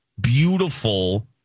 beautiful